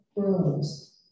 grows